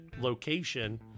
location